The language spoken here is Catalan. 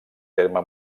terme